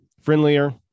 friendlier